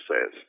says